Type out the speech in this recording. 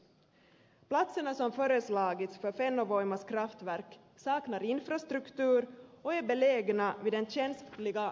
platserna som föreslagits för fennovoimas kraftverk saknar infrastruktur och är belägna vid den känsliga landhöjningskusten